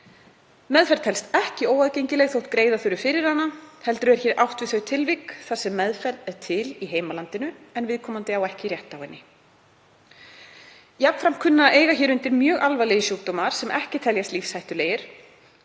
Meðferð telst ekki óaðgengileg þótt greiða þurfi fyrir hana heldur er hér átt við þau tilvik þar sem meðferð er til í heimalandinu en viðkomandi á ekki rétt á henni. Jafnframt kunna að eiga hér undir mjög alvarlegir sjúkdómar sem ekki teljast lífshættulegir,